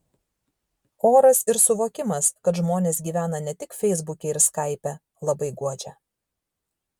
oras ir suvokimas kad žmonės gyvena ne tik feisbuke ir skaipe labai guodžia